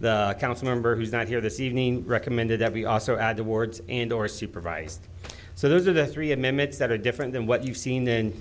the council member who's not here this evening recommended that we also add the wards and or supervised so those are the three amendments that are different than what you've seen in